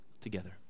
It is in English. together